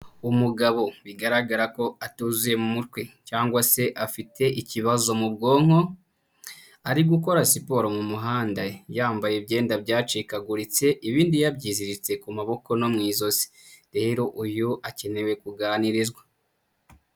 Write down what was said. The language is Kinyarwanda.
Umugabo bigaragara ko atuzuye mu mutwe cyangwa se afite ikibazo mu bwonko, ari gukora siporo mu muhanda yambaye imyenda byacikaguritse ibindi yabyiziritse ku maboko no mu ijosi, rero uyu akeneye kuganirizwa.